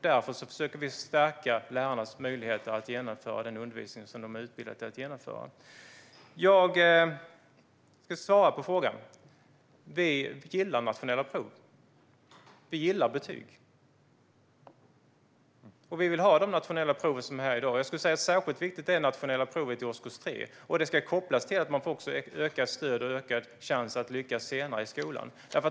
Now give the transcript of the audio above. Därför försöker vi stärka lärarnas möjligheter att genomföra den undervisning som de är utbildade till att genomföra. Jag ska svara på frågan. Vi gillar nationella prov. Vi gillar betyg. Vi vill ha de nationella prov som vi har i dag. Särskilt viktigt är nationella provet i årskurs 3, och det ska kopplas till att man får ökat stöd och ökad chans att lyckas senare i skolan.